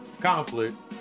conflicts